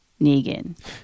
Negan